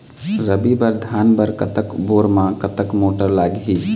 रबी बर धान बर कतक बोर म कतक मोटर लागिही?